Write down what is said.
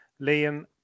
Liam